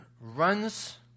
runs